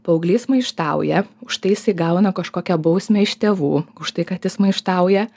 paauglys maištauja užtai jisai gauna kažkokią bausmę iš tėvų už tai kad jis maištauja